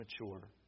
mature